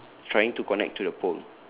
trying to connect to the pole